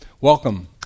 welcome